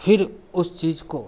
फिर उस चीज़ का